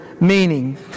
meaning